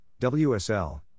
WSL